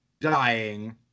dying